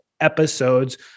episodes